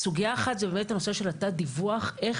הסוגייה האחת היא הנושא של תת-דיווח; איך